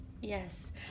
yes